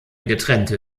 getrennte